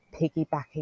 piggybacking